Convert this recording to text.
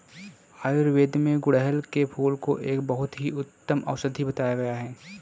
आयुर्वेद में गुड़हल के फूल को एक बहुत ही उत्तम औषधि बताया गया है